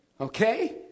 okay